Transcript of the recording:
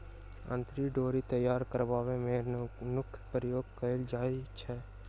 अंतरी डोरी तैयार करबा मे नूनक प्रयोग कयल जाइत छै